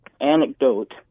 anecdote